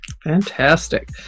Fantastic